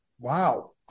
Wow